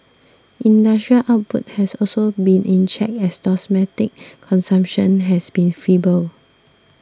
industrial output has also been in check as domestic consumption has been feeble